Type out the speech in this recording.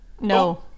No